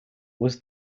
was